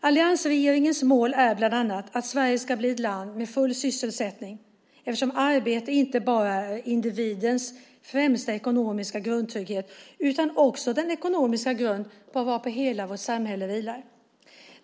Alliansregeringens mål är bland annat att Sverige ska bli ett land med full sysselsättning, eftersom arbete inte bara är individens främsta ekonomiska grundtrygghet utan också den ekonomiska grund varpå hela vårt samhälle vilar.